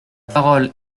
parole